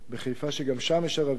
בחיפה, שגם שם יש ערבים,